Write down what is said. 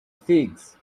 figs